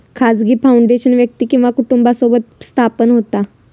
खाजगी फाउंडेशन व्यक्ती किंवा कुटुंबासोबत स्थापन होता